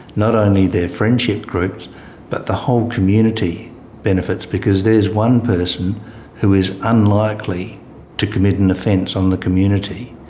not only their friendship groups but the whole community benefits because there's one person who is unlikely to commit an offence on the community.